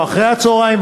או אחרי הצהריים.